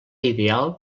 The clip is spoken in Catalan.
ideal